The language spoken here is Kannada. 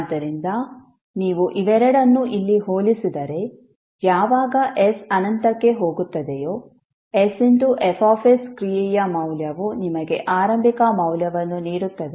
ಆದ್ದರಿಂದ ನೀವು ಇವೆರಡನ್ನೂ ಇಲ್ಲಿ ಹೋಲಿಸಿದರೆ ಯಾವಾಗ s ಅನಂತಕ್ಕೆ ಹೋಗುತ್ತದೆಯೋ sFsಕ್ರಿಯೆಯ ಮೌಲ್ಯವು ನಿಮಗೆ ಆರಂಭಿಕ ಮೌಲ್ಯವನ್ನು ನೀಡುತ್ತದೆ